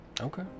Okay